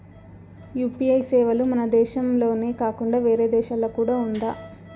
UPI సేవలు మన దేశం దేశంలోనే కాకుండా వేరే దేశాల్లో కూడా ఉందా?